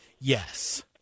Yes